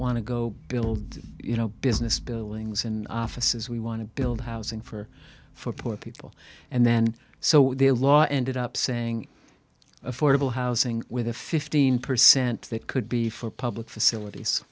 want to go build you know business billings in offices we want to build housing for for poor people and then so the law ended up saying affordable housing with a fifteen percent that could be for public facilities